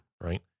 right